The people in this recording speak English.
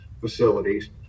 facilities